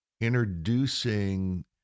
introducing